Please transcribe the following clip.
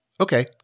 okay